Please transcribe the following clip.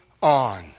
on